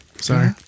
Sorry